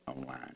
online